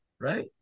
Right